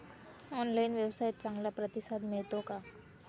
Online व्यवसायात चांगला प्रतिसाद मिळतो का?